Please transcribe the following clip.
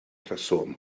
rheswm